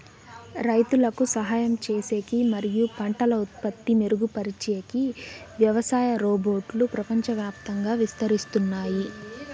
రైతులకు సహాయం చేసేకి మరియు పంటల ఉత్పత్తి మెరుగుపరిచేకి వ్యవసాయ రోబోట్లు ప్రపంచవ్యాప్తంగా విస్తరిస్తున్నాయి